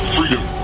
Freedom